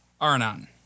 Arnon